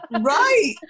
right